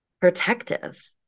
protective